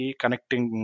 connecting